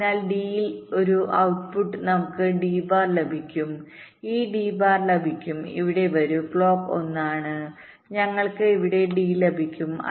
അതിനാൽ ഡി യിൽ ഔ ട്ട്പുട്ടിൽ നമുക്ക് ഡി ബാർ ലഭിക്കും ഈ ഡി ബാർ ലഭിക്കും ഇവിടെ വരൂ ക്ലോക്ക് 1 ആണ് ഞങ്ങൾക്ക് ഇവിടെ ഡി ലഭിക്കും